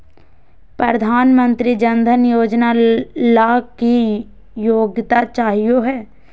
प्रधानमंत्री जन धन योजना ला की योग्यता चाहियो हे?